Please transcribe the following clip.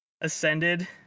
ascended